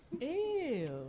Ew